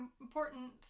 important